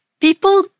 People